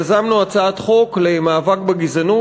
יזמנו הצעת חוק למאבק בגזענות.